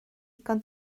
ddigon